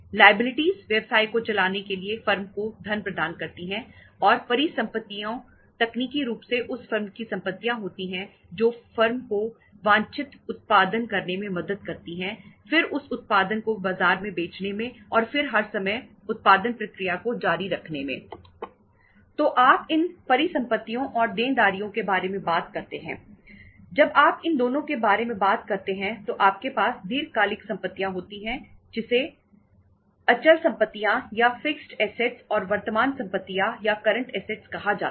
liabilities कहा जाता है